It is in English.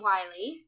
Wiley